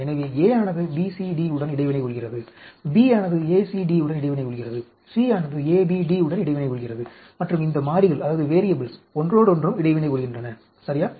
எனவே A ஆனது BCD உடன் இடைவினை கொள்கிறது B ஆனது ACD உடன் இடைவினை கொள்கிறது C ஆனது ABD உடன் இடைவினை கொள்கிறது மற்றும் இந்த மாறிகள் ஒன்றோடொன்றும் இடைவினை கொள்கின்றன சரியா